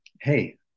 hey